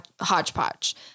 hodgepodge